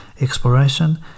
exploration